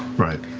right,